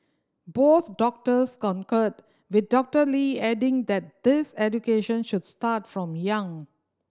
both doctors concurred with Doctor Lee adding that this education should start from young